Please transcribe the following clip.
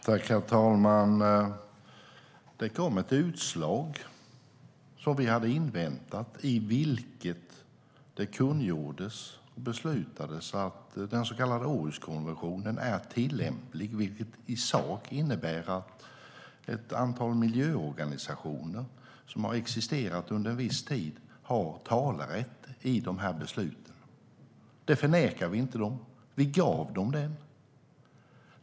Herr talman! Det kom ett utslag som vi hade inväntat, i vilket det kungjordes att den så kallade Århuskonventionen är tillämplig, vilket i sak innebär att ett antal miljöorganisationer som har existerat under en viss tid har talerätt i de här besluten. Det förnekade vi dem inte. Vi gav dem den talerätten. Herr talman!